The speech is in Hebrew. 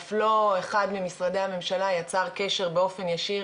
אף לא אחד ממשרדי הממשלה יצר קשר באופן ישיר